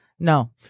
No